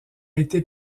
été